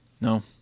no